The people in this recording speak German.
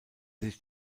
sich